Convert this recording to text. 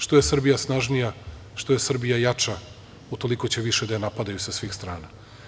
Što je Srbija snažnija, što je Srbija jača, utoliko će više da je napadaju sa svih strana.